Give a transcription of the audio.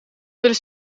willen